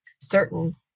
certain